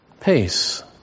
Peace